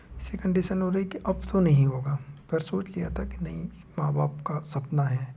ऐसी कंडीशन हो रही कि अब तो नहीं होगा पर सोच लिया था कि नहीं माँ बाप का सपना है